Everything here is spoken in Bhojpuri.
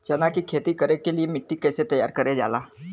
चना की खेती कर के लिए मिट्टी कैसे तैयार करें जाला?